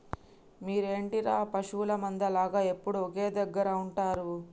మీరేంటిర పశువుల మంద లాగ ఎప్పుడు ఒకే దెగ్గర ఉంటరు